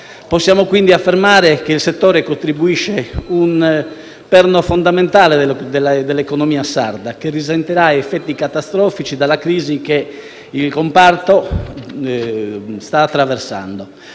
Possiamo quindi affermare che il settore sia un perno fondamentale dell'economia sarda che risentirà di effetti catastrofici dalla crisi che il comparto sta attraversando.